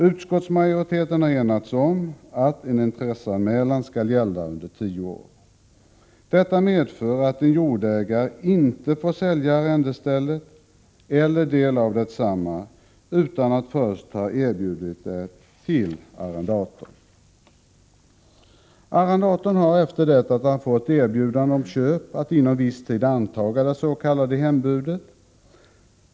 Utskottsmajoriteten har enats om att en intresseanmälan skall gälla under tio år. Detta medför att en jordägare inte får sälja arrendestället eller del av detsamma utan att först ha erbjudit det till arrendatorn. Arrendatorn har, efter det att han fått erbjudandet om köp, att inom viss tid antaga det s.k. hembudet.